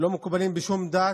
לא מקובלים בשום דת,